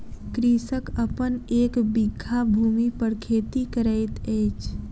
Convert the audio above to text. कृषक अपन एक बीघा भूमि पर खेती करैत अछि